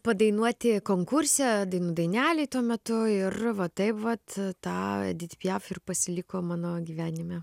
padainuoti konkurse dainų dainelėj tuo metu ir va taip vat ta edit piaf ir pasiliko mano gyvenime